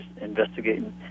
investigating